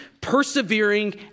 persevering